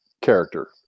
character